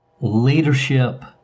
leadership